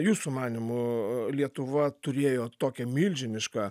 jūsų manymu lietuva turėjo tokią milžinišką